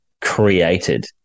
created